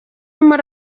muri